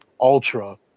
Ultra